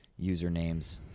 usernames